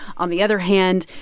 on the other hand,